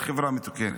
מתוקנת.